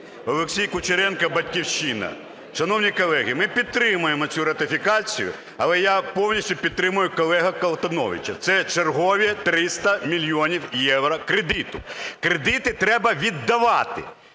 Олексій Кучеренко, "Батьківщина". Шановні колеги, ми підтримаємо цю ратифікацію. Але я повністю підтримую колегу Колтуновича: це чергові 300 мільйонів євро кредиту, кредити треба віддавати.